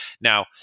Now